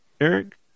Eric